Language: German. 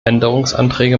änderungsanträge